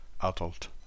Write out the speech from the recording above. adult